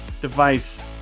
device